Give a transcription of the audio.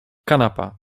kanapa